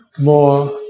more